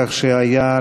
כך שהיה,